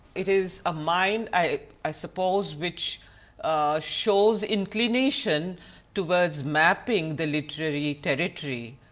it is a mind i i suppose which shows inclination towards mapping the literary territory.